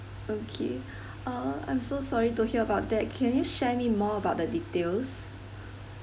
okay uh I'm so sorry to hear about that can you share me more about the details